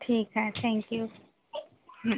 ठीक आहे थँक्यू